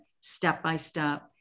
step-by-step